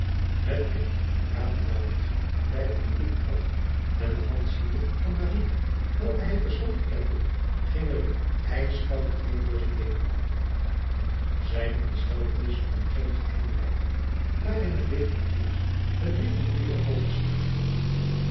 met drift raapte maurits beide die brieven op en de hand ziende van maria welke hij terstond herkende ging er eene ijskoude rilling door zijne leden zijne ontsteltenis kon geen geheim blijven daar hij met bevende vingers den brief van maria openscheurde